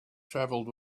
travelled